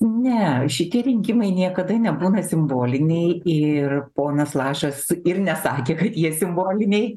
ne šitie rinkimai niekada nebūna simboliniai ir ponas lašas ir nesakė kad jie simboliniai